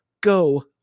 Go